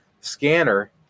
scanner